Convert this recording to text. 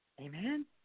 Amen